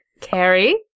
Carrie